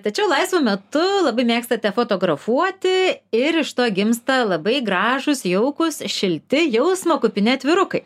tačiau laisvu metu labai mėgstate fotografuoti ir iš to gimsta labai gražūs jaukūs šilti jausmo kupini atvirukai